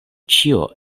ĉio